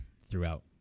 throughout